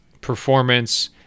performance